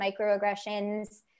microaggressions